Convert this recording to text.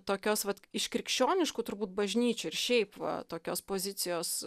tokios vat iš krikščioniškų turbūt bažnyčių ir šiaip va tokios pozicijos